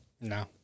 No